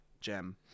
gem